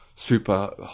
super